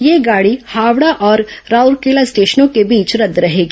यह गाड़ी हावड़ा और राउरकेला स्टशेनों के बीच रद्द रहेगी